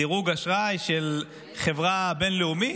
דירוג אשראי של חברה בין-לאומית,